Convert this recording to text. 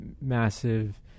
massive